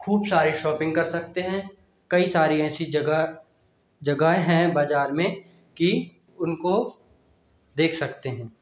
खूब सारी शॉपिंग कर सकते हैं कई सारी ऐसी जगह जगहें है बाजार में कि उनको देख सकते हैं